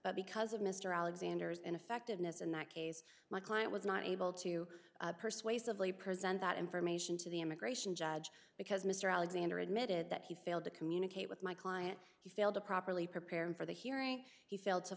but because of mr alexander's ineffectiveness in that case my client was not able to persuasively present that information to the immigration judge because mr alexander admitted that he failed to communicate with my client he failed to properly prepare him for the hearing he failed to